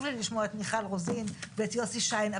לי לשמוע את מיכל רוזין ואת יוסי שיין,